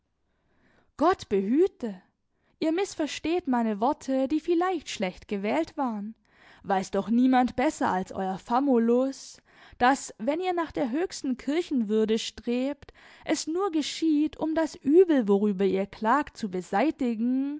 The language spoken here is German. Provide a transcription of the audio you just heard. gott behüte ihr mißversteht meine worte die vielleicht schlecht gewählt waren weiß doch niemand besser als euer famulus daß wenn ihr nach der höchsten kirchenwürde strebt es nur geschieht um das übel worüber ihr klagt zu beseitigen